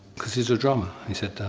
cause he's a drummer. he said,